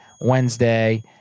Wednesday